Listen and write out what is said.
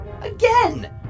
Again